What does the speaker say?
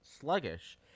sluggish